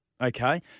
Okay